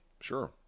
Sure